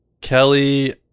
Kelly